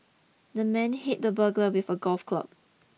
the man hit the burglar with a golf club